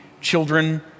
children